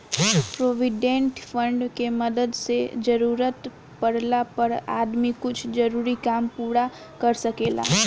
provident fund के मदद से जरूरत पाड़ला पर आदमी कुछ जरूरी काम पूरा कर सकेला